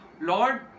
Lord